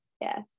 yes